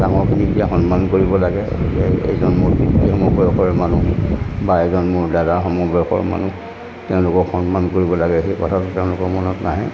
ডাঙৰখিনিক যে সন্মান কৰিব লাগে গতিকে এজন মোৰ পিতৃ সমবয়সৰ মানুহ বা এজন মোৰ দাদা সমবয়সৰ মানুহ তেওঁলোকক সন্মান কৰিব লাগে সেই কথাটো তেওঁলোকৰ মনত নাহে